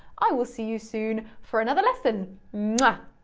i will see you soon for another lesson. mwah.